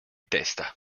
testa